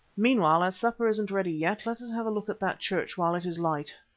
meanwhile as supper isn't ready yet, let us have a look at that church while it is light.